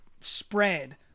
spread